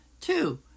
Two